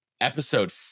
Episode